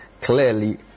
Clearly